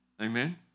amen